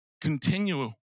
continue